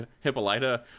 Hippolyta